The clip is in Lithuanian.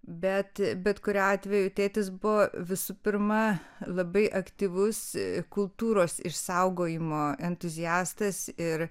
bet bet kuriuo atveju tėtis buvo visų pirma labai aktyvus kultūros išsaugojimo entuziastas ir